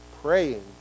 praying